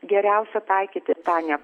geriausia taikyti tą ne